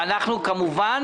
אנחנו כמובן